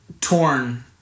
torn